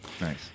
Nice